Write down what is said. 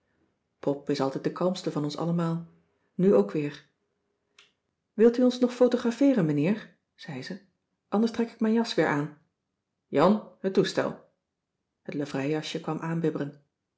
pop is altijd de kalmste van ons allemaal nu ook weer wilt u ons nog photografeeren meneer zei ze anders trek ik mijn jas weer aan jan het toestel het livreijasje kwam